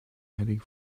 heading